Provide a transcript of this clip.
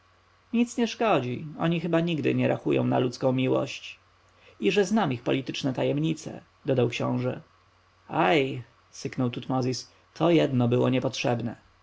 nic nie szkodzi oni chyba nigdy nie rachują na ludzką miłość i że znam ich polityczne tajemnice dodał książę aj syknął tutmozis to jedno było niepotrzebne